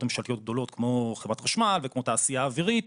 ממשלתיות גדולות כמו חברת חשמל וכמו תעשייה אווירית.